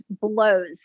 blows